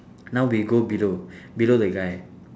now we go below below the guy